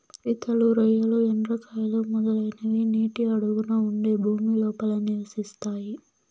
పీతలు, రొయ్యలు, ఎండ్రకాయలు, మొదలైనవి నీటి అడుగున ఉండే భూమి లోపల నివసిస్తాయి